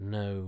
no